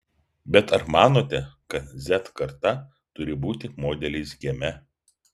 bet ar manote kad z karta turi būti modeliais kieme